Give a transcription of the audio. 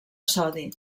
sodi